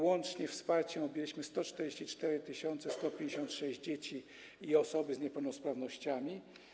Łącznie wsparciem objęliśmy 144 156 dzieci, osób z niepełnosprawnościami.